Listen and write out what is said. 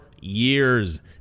years